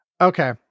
Okay